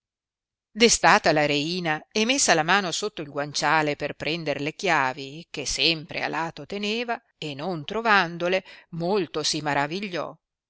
vederlo destata la reina e messa la mano sotto il guanciale per prender le chiavi che sempre a lato teneva e non trovandole molto si maravigliò